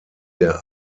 der